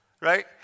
right